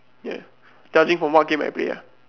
ya judging from what game I play ah